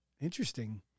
Interesting